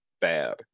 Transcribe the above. bad